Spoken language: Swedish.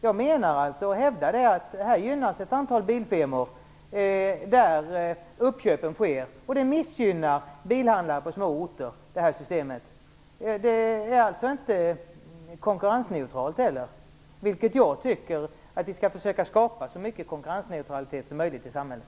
Jag hävdar att detta system gynnar ett antal bilfirmor, där uppköpen sker, och att det missgynnar bilhandlare på små orter. Det är inte heller konkurrensneutralt. Jag tycker att vi skall försöka skapa så mycket konkurrensneutralitet som möjligt i samhället.